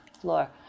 floor